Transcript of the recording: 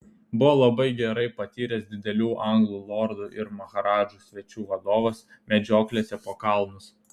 buvo labai gerai patyręs didelių anglų lordų ir maharadžų svečių vadovas medžioklėse po kalnus